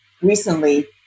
recently